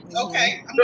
Okay